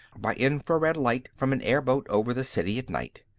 by infrared light from an airboat over the city at night.